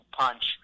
punch